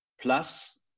plus